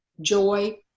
joy